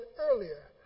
earlier